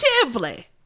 positively